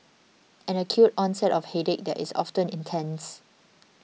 an acute onset of headache that is often intense